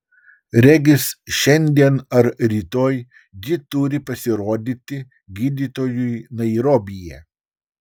regis šiandien ar rytoj ji turi pasirodyti gydytojui nairobyje